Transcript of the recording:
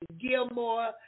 Gilmore